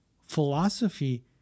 Philosophy